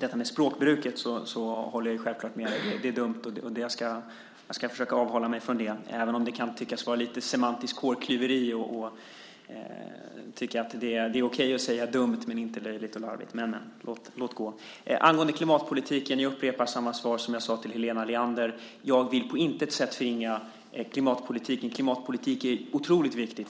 detta med språkbruket håller jag självklart med. Det är dumt, och jag ska försöka avhålla mig från det, även om det kan tyckas vara något av semantiska hårklyverier att tycka att det är okej att säga "dumt" men inte "löjligt" och "larvigt". Men låt gå. Angående klimatpolitiken upprepar jag samma svar som jag gav Helena Leander. Jag vill på intet sätt förringa klimatpolitiken. Klimatpolitik är otroligt viktigt.